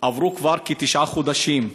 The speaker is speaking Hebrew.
עברו כבר כתשעה חודשים.